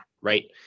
right